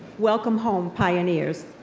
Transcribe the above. welcome home, pioneers.